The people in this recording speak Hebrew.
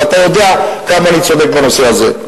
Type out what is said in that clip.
ואתה יודע כמה אני צודק בנושא הזה.